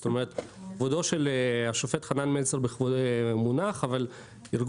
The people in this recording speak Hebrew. זאת אומרת כבודו של השופט חנן מלצר מונח אבל ארגון